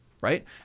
right